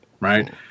Right